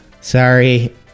Sorry